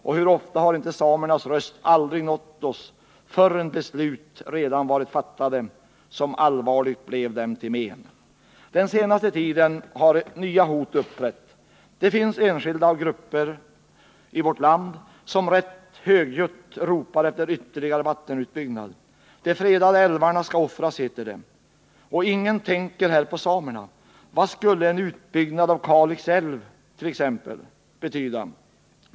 Och hur ofta har det inte hänt att samernas röst inte nått oss förrän beslut redan var fattade, beslut som allvarligt blev dem till men? Den senaste tiden har nya hot uppträtt. Det finns enskilda och grupper i vårt land som rätt högljutt ropar efter ytterligare vattenutbyggnad. De fredade älvarna skall offras, heter det. Och ingen tänker här på samerna. Vad skulle t.ex. en utbyggnad av Kalix älv betyda?